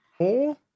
Four